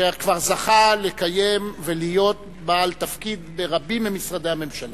שכבר זכה לקיים ולהיות בעל תפקיד ברבים ממשרדי הממשלה,